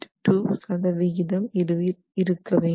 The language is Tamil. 2 சதவிகிதம் இருக்க வேண்டும்